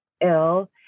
ill